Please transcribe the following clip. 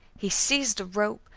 he seized a rope,